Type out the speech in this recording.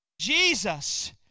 Jesus